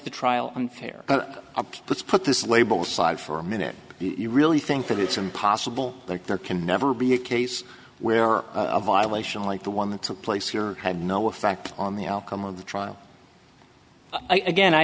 the trial unfair let's put this label side for a minute you really think that it's impossible that there can never be a case where a violation like the one that took place here had no effect on the outcome of the trial again i